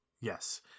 Yes